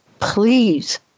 please